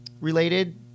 related